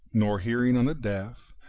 nor hearing on the deaf,